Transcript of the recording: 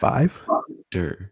Five